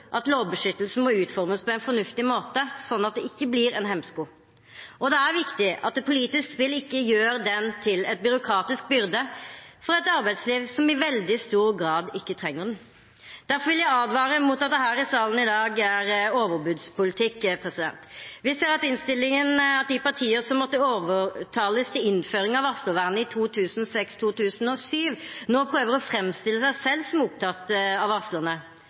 fornuftig måte, slik at den ikke blir en hemsko, og det er viktig at politisk spill ikke gjør den til en byråkratisk byrde for et arbeidsliv som i veldig stor grad ikke trenger den. Derfor vil jeg advare mot overbudspolitikk her i salen i dag. Vi ser i innstillingen at de partier som måtte overtales til innføringen av varslervern i 2006/2007, nå prøver å framstille seg selv som opptatt av